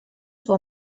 suo